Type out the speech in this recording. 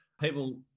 people